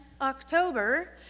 October